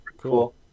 Cool